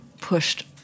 pushed